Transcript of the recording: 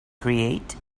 create